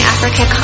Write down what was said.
Africa